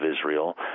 Israel